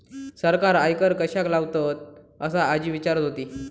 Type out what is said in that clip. सरकार आयकर कश्याक लावतता? असा आजी विचारत होती